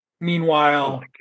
Meanwhile